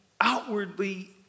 outwardly